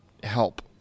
help